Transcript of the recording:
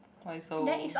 why so